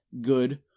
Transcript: good